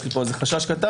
יש לי פה איזה חשש קטן,